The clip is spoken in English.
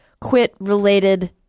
quit-related